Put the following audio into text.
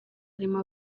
arimo